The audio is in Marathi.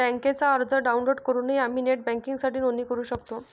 बँकेचा अर्ज डाउनलोड करूनही आम्ही नेट बँकिंगसाठी नोंदणी करू शकतो